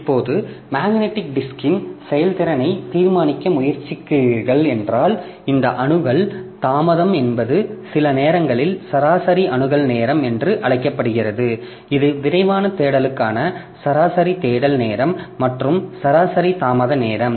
இப்போது மேக்னெட்டிக் டிஸ்க்ன் செயல்திறனைத் தீர்மானிக்க முயற்சிக்கிறீர்கள் என்றால் இந்த அணுகல் தாமதம் என்பது சில நேரங்களில் சராசரி அணுகல் நேரம் என்றும் அழைக்கப்படுகிறது இது விரைவான தேடலுக்கான சராசரி தேடல் நேரம் மற்றும் சராசரி தாமத நேரம்